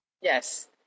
Yes